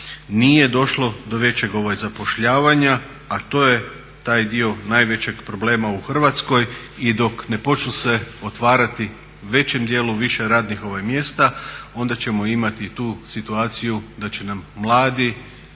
nije došlo do većeg zapošljavanja a to je taj dio najvećeg problema u Hrvatskoj. I dok ne počnu se otvarati u većem dijelu više radnih mjesta onda ćemo imati tu situaciju da će nam mladi